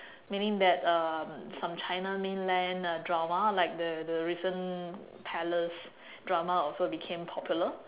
meaning that um some china mainland uh drama like the the recent palace drama also became popular